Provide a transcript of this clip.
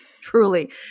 truly